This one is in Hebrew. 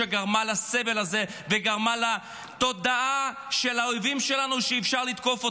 שגרמה לסבל הזה וגרמה לתודעה של האויבים שלנו שאפשר לתקוף אותנו.